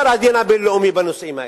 מה אומר הדין הבין-לאומי בנושאים האלה?